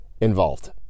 involved